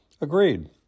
agreed